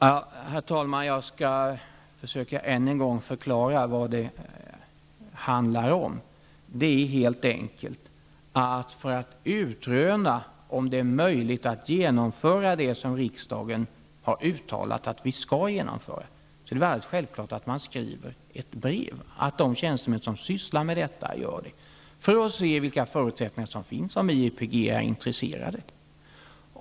Herr talman! Jag skall försöka att än en gång förklara vad det handlar om. För att utröna om det är möjligt att genomföra det som riksdagen har uttalat att vi skall genomföra är det alldeles självklart att de tjänstemän som sysslar med detta sänder i väg ett brev för att se vilka förutsättningar som finns och om IEPG är intresserat.